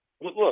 look